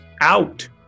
out